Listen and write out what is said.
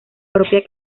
propia